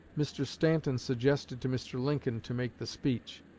mr. stanton suggested to mr. lincoln to make the speech.